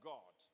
God